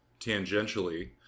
tangentially